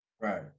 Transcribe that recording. Right